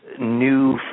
new